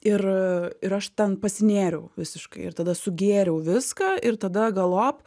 ir ir aš ten pasinėriau visiškai ir tada sugėriau viską ir tada galop